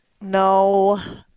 No